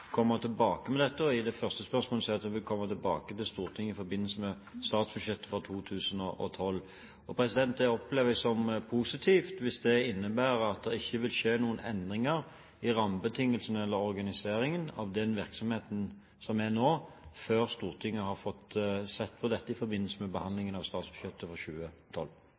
tilbake til dette. I sitt første svar sier hun at hun vil komme tilbake til Stortinget i forbindelse med statsbudsjettet for 2012. Det opplever jeg som positivt hvis det innebærer at det ikke vil skje noen endringer i rammebetingelsene eller organiseringen av den virksomheten som er nå, før Stortinget har fått sett på dette i forbindelse med behandlingen av statsbudsjettet for 2012.